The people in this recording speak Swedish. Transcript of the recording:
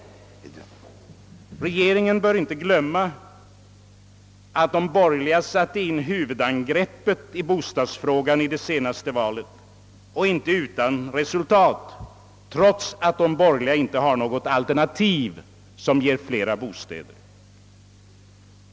Regeringen bör inte glömma att de borgerliga partierna satte in huvudangreppet på bostadsfrågan i det senaste valet. Angreppet blev inte utan resultat trots att de borgerliga inte hade något alternativ som ger fler bostäder.